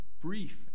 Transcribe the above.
brief